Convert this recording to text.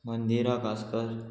Mandira Kaskar